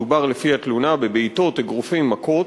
מדובר, לפי התלונה, בבעיטות, באגרופים, במכות.